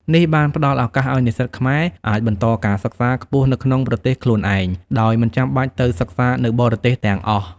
នេះបានផ្តល់ឱកាសឱ្យនិស្សិតខ្មែរអាចបន្តការសិក្សាខ្ពស់នៅក្នុងប្រទេសខ្លួនឯង ដោយមិនចាំបាច់ទៅសិក្សានៅបរទេសទាំងអស់។